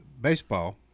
baseball